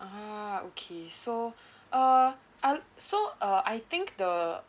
a'ah okay so uh uh so uh I think the